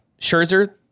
Scherzer